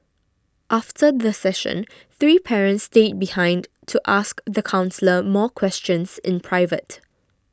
after the session three parents stayed behind to ask the counsellor more questions in private